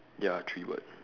ya three bird